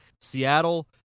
Seattle